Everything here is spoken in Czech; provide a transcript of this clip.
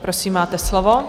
Prosím, máte slovo.